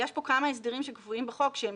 יש פה כמה הסדרים שקבועים בחוק שהם